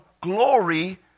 glory